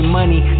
money